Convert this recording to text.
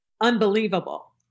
Unbelievable